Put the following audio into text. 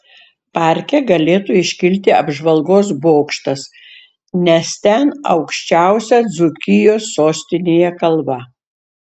parke galėtų iškilti apžvalgos bokštas nes ten aukščiausia dzūkijos sostinėje kalva